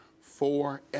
forever